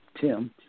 Tim